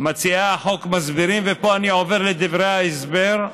מציעי החוק מסבירים, פה אני עובר לדברי ההסבר,